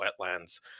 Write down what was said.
wetlands